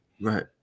Right